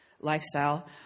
lifestyle